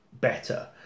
better